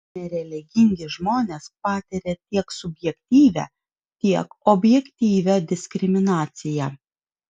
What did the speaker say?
nereligingi žmonės patiria tiek subjektyvią tiek objektyvią diskriminaciją